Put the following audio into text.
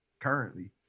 currently